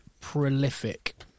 prolific